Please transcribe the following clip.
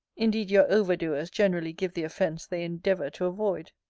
indeed your over-doers generally give the offence they endeavour to avoid.